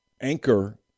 anchor